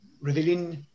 revealing